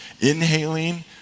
Inhaling